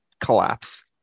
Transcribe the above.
collapse